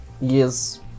Yes